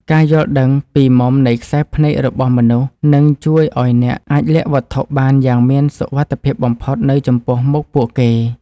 ការយល់ដឹងពីមុំនៃខ្សែភ្នែករបស់មនុស្សនឹងជួយឱ្យអ្នកអាចលាក់វត្ថុបានយ៉ាងមានសុវត្ថិភាពបំផុតនៅចំពោះមុខពួកគេ។